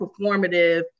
performative